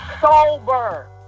sober